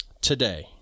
today